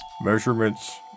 Measurements